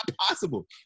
possible